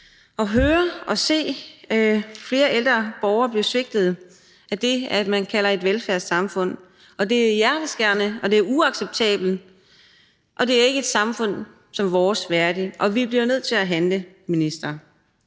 ud at se flere ældre borgere blive svigtet af det, man kalder et velfærdssamfund. Det er hjerteskærende, og det er uacceptabelt, og det er ikke et samfund som vores værdigt, og vi bliver nødt til at handle, minister.